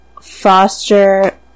foster